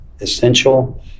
essential